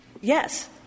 Yes